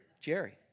Jerry